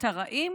הרעים?